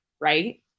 right